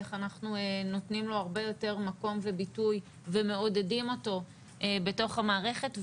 איך אנחנו נותנים לו הרבה יותר מקום וביטוי ומעודדים אותו בתוך המערכת.